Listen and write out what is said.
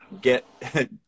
get